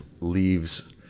leaves